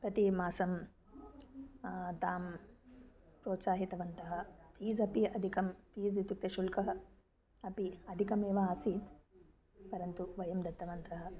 प्रतिमासं तां प्रोत्साहितवन्तः फ़ीस् अपि अधिकं फ़ीस् इत्युक्ते शुल्कः अपि अधिकमेव आसीत् परन्तु वयं दत्तवन्तः